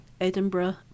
Edinburgh